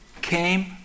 came